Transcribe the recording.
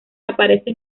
aparece